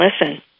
listen